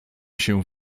się